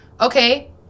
Okay